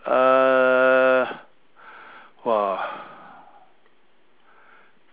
err !wah!